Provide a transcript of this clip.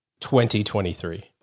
2023